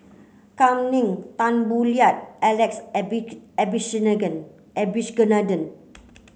Kam Ning Tan Boo Liat Alex Abisheganaden